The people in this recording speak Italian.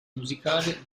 musicale